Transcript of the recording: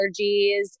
allergies